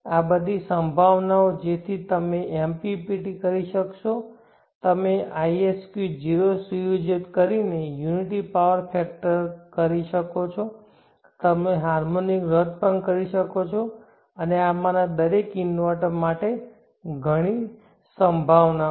આ બધી સંભાવનાઓ જેથી તમે MPPT કરી શકશો તમે isq 0 સુયોજિત કરીને યુનિટીપાવર ફેક્ટર કરી શકો છો તમે હાર્મોનિક રદ પણ કરી શકો છો આ માં ના દરેક ઇન્વર્ટર માટે ઘણી સંભાવનાઓ